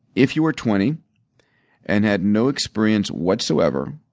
if you were twenty and had no experience what so ever,